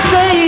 Say